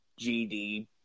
GD